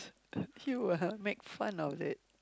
you ah make fun of it